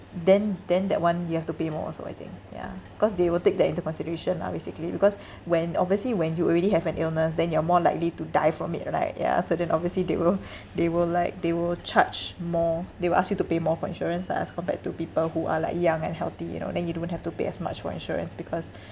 then then that [one] you have to pay more also I think ya cause they will take that into consideration lah basically because when obviously when you already have an illness then you're more likely to die from it right ya so then obviously they will they will like they will charge more they will ask you to pay more for insurance lah as compared to people who are like young and healthy you know then you don't have to pay as much for insurance because